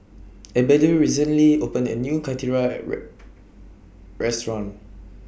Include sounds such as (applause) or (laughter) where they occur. Abdiel recently opened A New Karthira (unintelligible) Restaurant